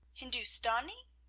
hindoostanee?